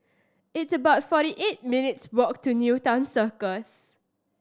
it's about forty eight minutes' walk to Newton Circus